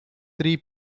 three